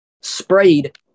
sprayed